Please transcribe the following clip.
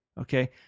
Okay